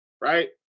right